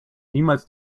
niemals